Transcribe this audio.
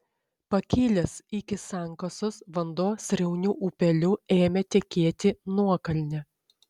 pakilęs iki sankasos vanduo srauniu upeliu ėmė tekėti nuokalne